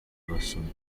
abasomyi